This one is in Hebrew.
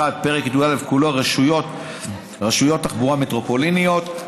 פרק י"א כולו (רשויות תחבורה מטרופוליניות).